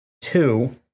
Two